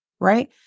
right